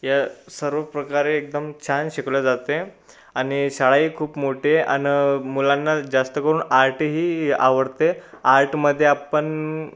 या सर्व प्रकारे एकदम छान शिकवलं जातं आहे आणि शाळाही खूप मोठी आहे आणि मुलांना जास्त करून आर्टही आवडते आर्टमध्ये आपण